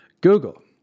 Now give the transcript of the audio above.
Google